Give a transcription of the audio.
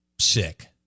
sick